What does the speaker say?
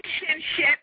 relationship